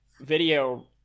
video